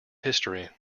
history